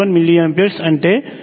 1mA అంటే 0